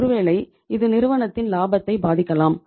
ஒருவேளை இது நிறுவனத்தின் லாபத்தை பாதிக்கலாம்